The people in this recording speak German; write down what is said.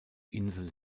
insel